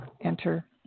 enter